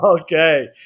Okay